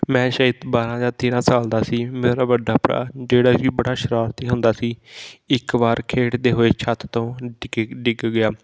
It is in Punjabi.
ਮੈਂ ਸ਼ਾਇਦ ਬਾਰਾਂ ਜਾਂ ਤੇਰਾਂ ਸਾਲ ਦਾ ਸੀ ਮੇਰਾ ਵੱਡਾ ਭਰਾ ਜਿਹੜਾ ਜੀ ਬੜਾ ਸ਼ਰਾਰਤੀ ਹੁੰਦਾ ਸੀ ਇੱਕ ਵਾਰ ਖੇਡਦੇ ਹੋਏ ਛੱਤ ਤੋਂ ਡਿੱਕ ਡਿੱਗ ਗਿਆ